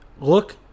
look